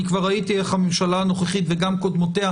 כבר ראיתי איך הממשלה הנוכחית וגם קודמותיה,